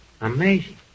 Amazing